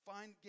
Find